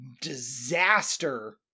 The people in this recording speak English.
disaster